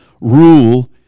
rule